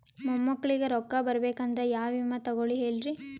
ಮೊಮ್ಮಕ್ಕಳಿಗ ರೊಕ್ಕ ಬರಬೇಕಂದ್ರ ಯಾ ವಿಮಾ ತೊಗೊಳಿ ಹೇಳ್ರಿ?